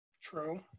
true